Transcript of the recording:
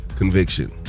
conviction